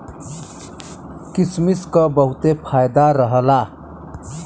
किसमिस क बहुते फायदा रहला